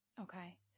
Okay